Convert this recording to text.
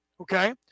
okay